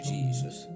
Jesus